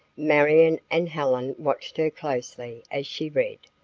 marion and helen watched her closely as she read,